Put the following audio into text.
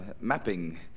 mapping